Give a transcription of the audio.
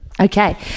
okay